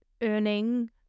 earning